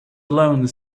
alone